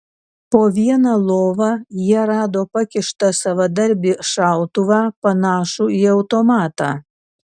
po viena lova jie rado pakištą savadarbį šautuvą panašų į automatą